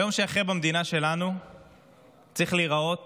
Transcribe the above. היום שאחרי במדינה שלנו צריך להיראות